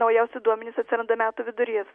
naujausi duomenys atsiranda metų vidury